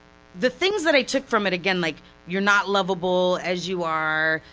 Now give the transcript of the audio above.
the things that i took from it, again, like you're not loveable as you are,